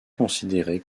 considérées